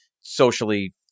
socially